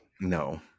No